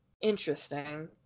Interesting